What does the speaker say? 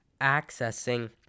accessing